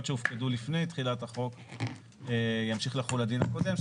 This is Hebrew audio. שהופקדו לפני תחילת החוק ימשיך לחול הדין הקודם,